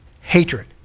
Hatred